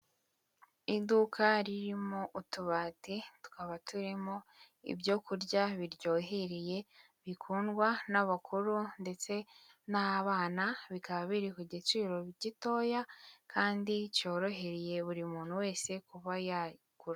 Iduka ririmo utubati tukaba turimo ibyo kurya biryohereye bikundwa n'abakuru ndetse n'abana, bikaba biri ku giciro gitoya kandi cyorohereye buri muntu wese kuva yagura.